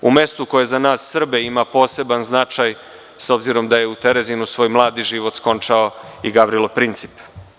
U mestu koje za nas Srbe ima poseban značaj, s obzirom da je u Terezinu svoj mladi život skončao i Gavrilo Princip.